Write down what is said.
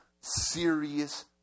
serious